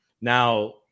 Now